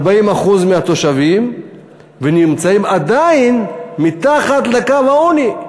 40% מההורים נמצאים עדיין מתחת לקו העוני.